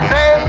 Say